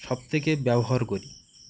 সবথেকে ব্যবহার করি